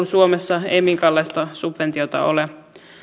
suomessa ei minkäänlaista subventiota ole